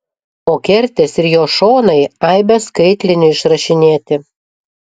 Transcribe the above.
o kertės ir jo šonai aibe skaitlinių išrašinėti